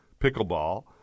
pickleball